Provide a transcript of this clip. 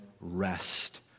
rest